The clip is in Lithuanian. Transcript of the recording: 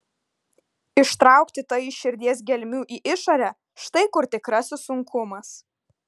ištraukti tai iš širdies gelmių į išorę štai kur tikrasis sunkumas